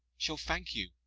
shall thank you,